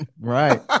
Right